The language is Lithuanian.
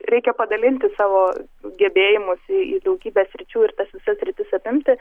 reikia padalinti savo gebėjimus į daugybę sričių ir tas visas sritis apimti